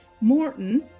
Morton